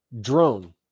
drone